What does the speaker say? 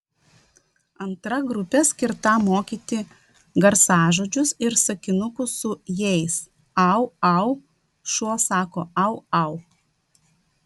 antra grupė skirta mokyti garsažodžius ir sakinukus su jais au au šuo sako au au